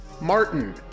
Martin